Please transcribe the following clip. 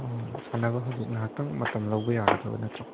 ꯑꯣ ꯁꯥꯟꯅꯕ ꯍꯧꯖꯤꯛ ꯉꯥꯛꯍꯥꯛꯇꯪ ꯃꯇꯝ ꯂꯧꯕ ꯌꯥꯒꯗꯕ ꯅꯠꯇ꯭ꯔꯣ